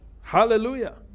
Hallelujah